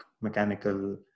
mechanical